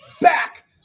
Back